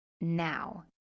now